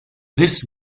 this